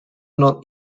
not